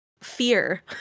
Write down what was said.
fear